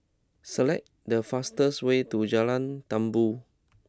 select the fastest way to Jalan Tambur